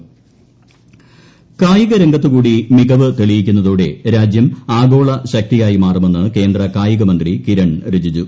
Olympics കായികരംഗത്ത് കൂടി മികവ് തെളിയിക്കുന്നതോടെ രാജ്യം ആഗോള ശക്തിയായി മാറുമെന്ന് കേന്ദ്ര കാർയിക മന്ത്രി കിരൺ റിജിജു